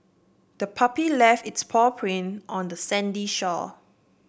the puppy left its paw print on the sandy shore